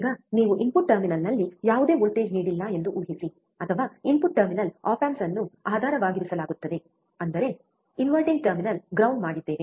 ಈಗ ನೀವು ಇನ್ಪುಟ್ ಟರ್ಮಿನಲ್ನಲ್ಲಿ ಯಾವುದೇ ವೋಲ್ಟೇಜ್ ನೀಡಿಲ್ಲ ಎಂದು ಊಹಿಸಿ ಅಥವಾ ಇನ್ಪುಟ್ ಟರ್ಮಿನಲ್ ಆಪ್ ಆಂಪ್ಸ್ ಅನ್ನು ಆಧಾರವಾಗಿರಿಸಲಾಗುತ್ತದೆ ಅಂದರೆ ಇನ್ವರ್ಟಿಂಗ್ ಟರ್ಮಿನಲ್ ಗ್ರೌಂಡ್ ಮಾಡಿದ್ದೇವೆ